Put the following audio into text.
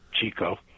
Chico